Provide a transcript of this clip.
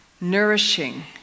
nourishing